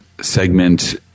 segment